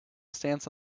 stance